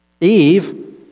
Eve